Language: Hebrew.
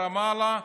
ברמאללה,